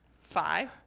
Five